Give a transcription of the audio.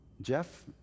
Jeff